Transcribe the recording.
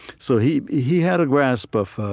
so he he had a grasp of